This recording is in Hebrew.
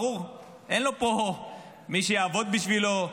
ברור, אין לו פה מי שיעבוד בשבילו,